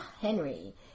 Henry